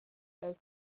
has